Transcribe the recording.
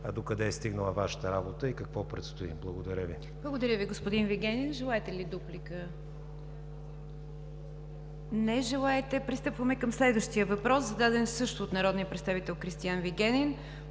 пак докъде е стигнала Вашата работа и какво предстои. Благодаря Ви. ПРЕДСЕДАТЕЛ НИГЯР ДЖАФЕР: Благодаря Ви, господин Вигенин. Желаете ли дуплика? Не желаете. Пристъпваме към следващия въпрос, зададен също от народния представител Кристиан Вигенин,